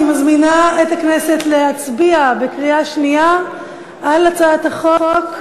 אני מזמינה את הכנסת להצביע בקריאה שנייה על הצעת החוק,